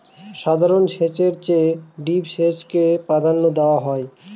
সাধারণ সেচের চেয়ে ড্রিপ সেচকে প্রাধান্য দেওয়া হয়